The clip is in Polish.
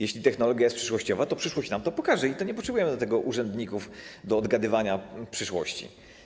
Jeśli technologia jest przyszłościowa, to przyszłość nam to pokaże - i nie potrzebujemy do tego urzędników do odgadywania przyszłości.